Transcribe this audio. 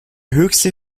höchste